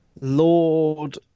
Lord